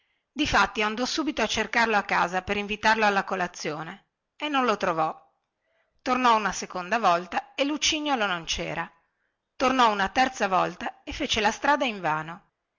difatti andò subito a cercarlo a casa per invitarlo alla colazione e non lo trovò tornò una seconda volta e lucignolo non cera tornò una terza volta e fece la strada invano